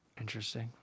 Interesting